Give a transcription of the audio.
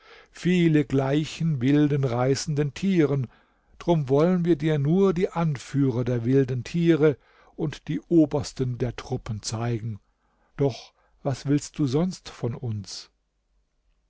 viele gleichen wilden reißenden tieren drum wollen wir dir nur die anführer der wilden tiere und die obersten der truppen zeigen doch was willst du sonst von uns